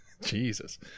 jesus